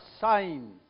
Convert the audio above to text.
sign